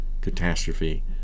catastrophe